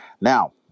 Now